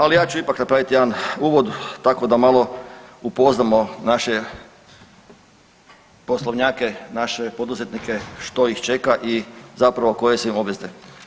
Ali, ja ću ipak napraviti jedan uvod tako da malo upoznamo naše poslovnjake, naše poduzetnike što ih čeka i zapravo koje su im obveze.